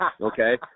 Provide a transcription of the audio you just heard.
okay